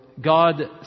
God